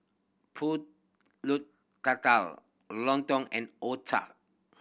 Pulut Tatal lontong and otah